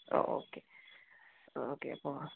ആ okay okay അപ്പോൾ